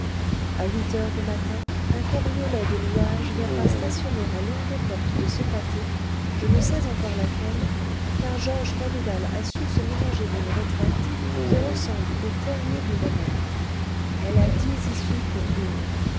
a huit heures du matin un cabriolet de louage viendra stationner à l'une des portes de ce pâté je ne sais encore laquelle car georges cadoudal a su se ménager une retraite qui ressemble au terrier du renard elle a dix issues pour une